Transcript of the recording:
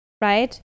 right